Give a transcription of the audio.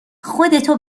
خودتو